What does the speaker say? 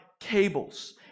cables